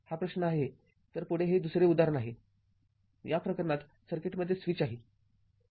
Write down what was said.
हा प्रश्न आहे तर पुढे ते दुसरे उदाहरण आहे या प्रकरणात सर्किटमध्ये स्विच आहे